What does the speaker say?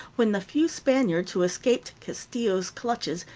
when the few spaniards, who escaped castillo's clutches,